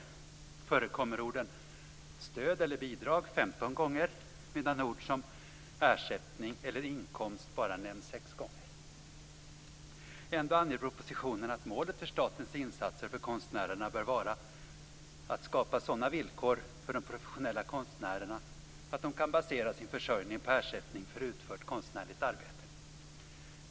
Där förekommer "stöd" och "inkomst" bara nämns sex gånger. Ändå anges det i propositionen att målet för statens insatser för konstnärerna bör vara att skapa sådana villkor för de professionella konstnärerna att de kan basera sin försörjning på ersättning för utfört konstnärligt arbete.